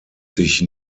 sich